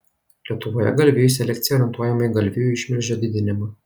lietuvoje galvijų selekcija orientuojama į galvijų išmilžio didinimą